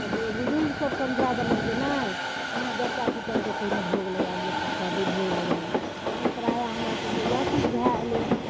तऽ बुजुर्ग सब समझा देलक जे नहि अहाँ देवता पित्तरके पहिने भोग लगाए लिअ परसादी भोग लगाए लिअ तऽ परम्परा यऽ हमरा सबकेँ इएह चीज भए एलैहँ